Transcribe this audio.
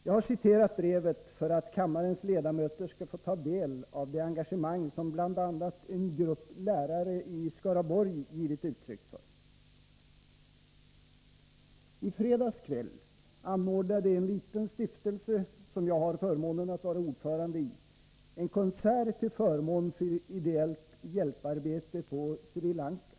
Jag har citerat brevet för att kammarens ledamöter skall få ta del av det engagemang som bl.a. en grupp lärare i Skaraborg givit uttryck för. I fredags kväll anordnade en liten stiftelse, som jag har förmånen att vara ordförande i, en konsert till förmån för ideellt hjälparbete på Sri Lanka.